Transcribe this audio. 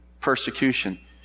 persecution